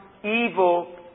evil